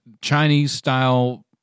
Chinese-style